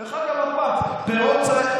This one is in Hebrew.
דרך אגב, אף פעם.